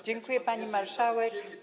Dziękuję, pani marszałek.